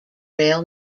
rail